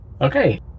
Okay